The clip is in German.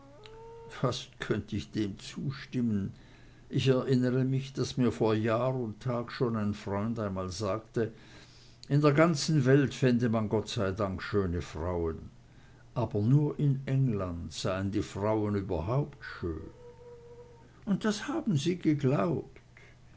fast konnt ich dem zustimmen ich erinnere mich daß mir vor jahr und tag schon ein freund einmal sagte in der ganzen welt fände man gott sei dank schöne frauen aber nur in england seien die frauen überhaupt schön und das haben sie geglaubt